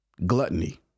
Gluttony